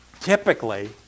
typically